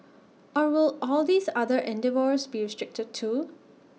or will all these other endeavours be restricted too